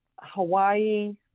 Hawaii